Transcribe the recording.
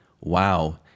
Wow